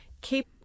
keep